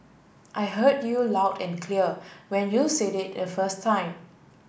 I heard you loud and clear when you said it the first time